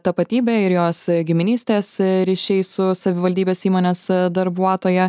tapatybė ir jos giminystės ryšiai su savivaldybės įmonės darbuotoja